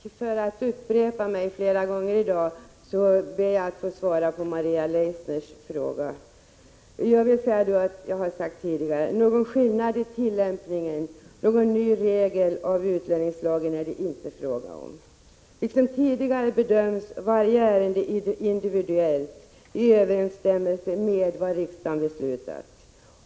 Herr talman! Med risk för att upprepa mig ber jag att få svara på Maria Leissners fråga. Jag har tidigare sagt att någon skillnad i tillämpningen, någon ny regel i utlänningslagen är det inte fråga om. Liksom tidigare bedöms varje ärende individuellt i överensstämmelse med vad riksdagen beslutat.